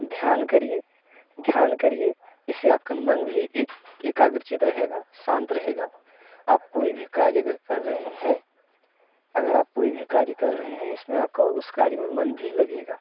ध्यान करिए ध्यान करिए इससे आपका मन भी एक एकाग्रचित रहेगा शांत रहेगा आप कोई भी कार्य अगर कर रहे हैं अगर आप कोई भी कार्य कर रहे हैं इसमें आपका उस कार्य में मन भी लगेगा